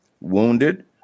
wounded